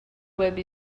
web